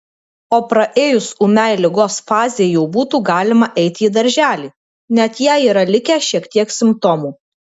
o praėjus ūmiai ligos fazei jau būtų galima eiti į darželį net jei yra likę šiek tiek simptomų